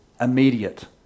immediate